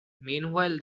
meanwhile